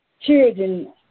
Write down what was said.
children